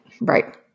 Right